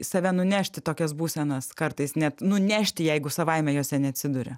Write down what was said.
į save nunešti tokias būsenas kartais net nunešti jeigu savaime jose neatsiduri